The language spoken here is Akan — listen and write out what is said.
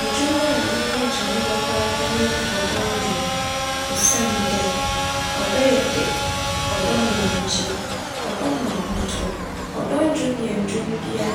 Ndwom a m'enyi gye ho papaapa nye ͻdͻ ndwom osiandɛ ͻdͻ yɛ dɛ, ͻdͻ ma enyigye, ͻdͻ ma ahotͻ. ͻdͻ ndwom yɛ ndwom bi a